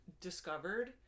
discovered